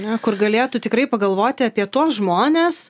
ne kur galėtų tikrai pagalvoti apie tuos žmones